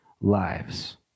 lives